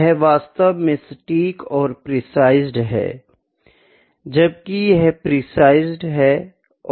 यह वास्तव में सटीक और प्रेसीसेड précised है जबकि यह प्रेसीसेड précised है और सटीक नहीं है